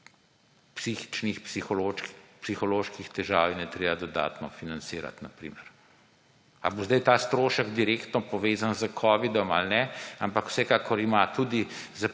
psihičnih, psiholoških težav in je treba to dodatno financirati. Ali bo zdaj ta strošek direktno povezan s covidom ali ne, ampak vsekakor ima tudi